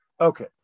Okay